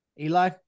Eli